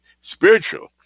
spiritual